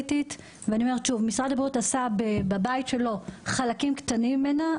אני אומרת שוב: משרד הבריאות עשה בבית שלו חלקים קטנים ממנה,